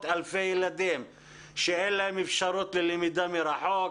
אלפי ילדים שאין להם אפשרות ללמידה מרחוק,